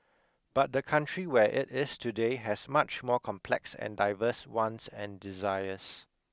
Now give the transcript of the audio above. but the country where it is today has much more complex and diverse wants and desires